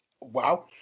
Wow